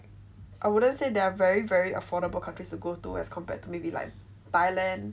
I wouldn't say they are very very affordable countries to go to as compared to maybe like thailand